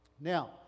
Now